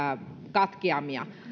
katkeamia